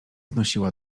znosiła